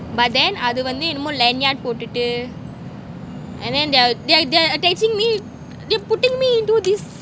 but then அது வந்து என்னமோ லேன்யான் போட்டுட்டு:athu vanthu ennamo lenyan potutu and then they will they are they are attaching me they are putting me into this